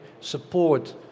support